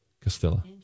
Castilla